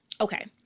Okay